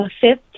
fifth